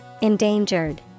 Endangered